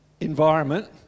environment